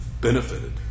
benefited